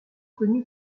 connue